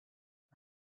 and